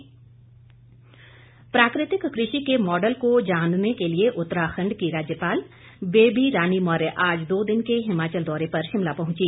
राज्यपाल प्राकृतिक कृषि के मॉडल को जानने के लिए उत्तराखंड की राज्यपाल बेबी रानी मौर्य आज दो दिन के हिमाचल दौरे पर शिमला पहुंची